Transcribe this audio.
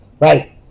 right